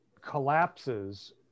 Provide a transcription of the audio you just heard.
collapses